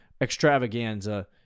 extravaganza